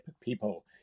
people